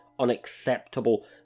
unacceptable